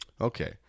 Okay